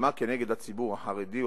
המלחמה נגד הציבור החרדי,